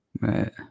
Right